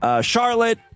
Charlotte